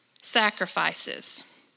sacrifices